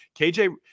KJ